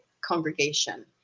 congregation